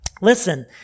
Listen